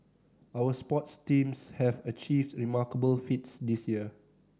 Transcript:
our sports teams have achieved remarkable feats this year